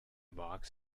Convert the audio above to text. box